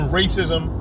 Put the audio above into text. racism